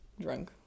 drunk